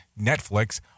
Netflix